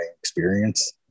experience